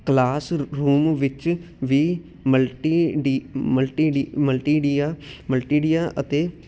classroom ਵਿੱਚ ਵੀ multi ਡੀ ਮਲਟੀ ਮਲਟੀਡੀਆ ਮਲਟੀਡੀਆ ਅਤੇ